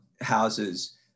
houses